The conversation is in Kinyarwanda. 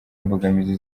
imbogamizi